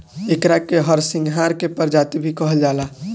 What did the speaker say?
एकरा के हरसिंगार के प्रजाति भी कहल जाला